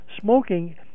smoking